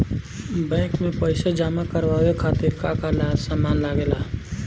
Bank में पईसा जमा करवाये खातिर का का सामान लगेला?